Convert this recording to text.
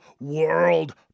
World